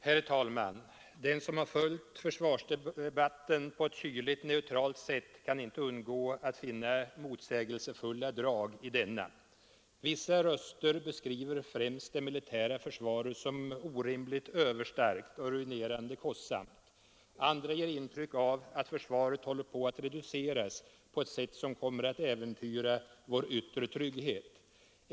Herr talman! Den som har följt försvarsdebatten på ett kyligt neutralt sätt kan inte undgå att finna motsägelsefulla drag i denna. Vissa röster beskriver främst det militära försvaret som orimligt överstarkt och ruinerande kostsamt. Andra ger intryck av att försvaret håller på att reduceras på ett sätt som kommer att äventyra vår yttre trygghet.